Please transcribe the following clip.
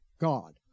God